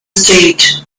state